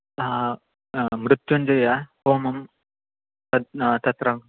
मृत्युञ्जयहोमं तत् तत्र